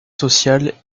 social